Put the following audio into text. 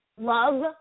love